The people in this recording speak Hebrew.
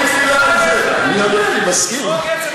העם רוצה מילה על חוק הגיוס, זרוק עצם.